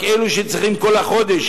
רק אלה שצריכים כל החודש.